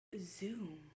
Zoom